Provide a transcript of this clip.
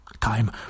time